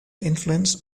influence